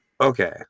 okay